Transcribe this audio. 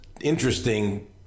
interesting